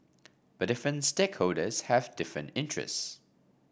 but different stakeholders have different interests